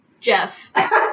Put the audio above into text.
Jeff